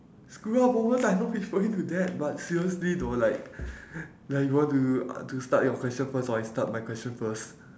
screw up moments I'm not referring to that but seriously though like like you want to to start your question first or I start my question first